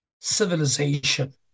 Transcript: civilization